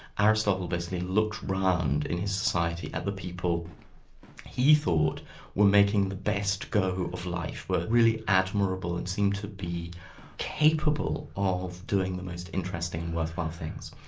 aristotle basically looked round in his society at the people he thought were making the best go of life, were really admirable and seemed to be capable of doing the most interesting and worthwhile things.